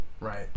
right